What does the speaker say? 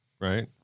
right